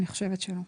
אני חושבת שלא.